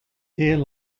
here